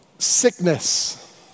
sickness